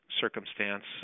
circumstance